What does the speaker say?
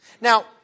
Now